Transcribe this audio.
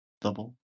Double